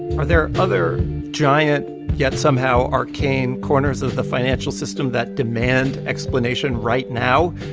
are there other giant yet somehow arcane corners of the financial system that demand explanation right now?